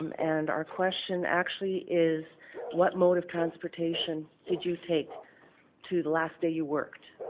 um and our question actually is what mode of transportation did you take to the last day you worked.